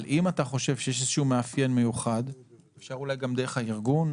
אבל אם אתה חושב שיש איזה שהוא מאפיין מיוחד אפשר גם אולי דרך הארגון,